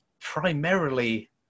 primarily